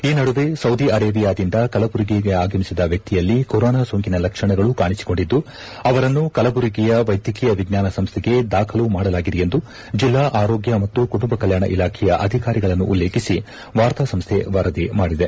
ಈ ನಡುವೆ ಸೌದಿಅರೇಬಿಯಾದಿಂದ ಕಲಬುರಗಿಗೆ ಆಗಮಿಸಿದ ವ್ಯಕ್ತಿಯಲ್ಲಿ ಕೊರೋನಾ ಸೋಂಕಿನ ಲಕ್ಷಣಗಳು ಕಾಣಿಸಿಕೊಂಡಿದ್ದು ಅವರನ್ನು ಕಲಬುರಗಿಯ ವೈದ್ಯಕೀಯ ವಿಜ್ವಾನ ಸಂಸ್ವೆಗೆ ದಾಖಲು ಮಾಡಲಾಗಿದೆ ಎಂದು ಜಿಲ್ಲಾ ಆರೋಗ್ಯ ಮತ್ತು ಕುಟುಂಬ ಕಲ್ಕಾಣ ಇಲಾಖೆಯ ಅಧಿಕಾರಿಗಳನ್ನು ಉಲ್ಲೇಖಿಸಿ ವಾರ್ತಾಸಂಸ್ಥೆ ವರದಿ ಮಾಡಿದೆ